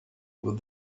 with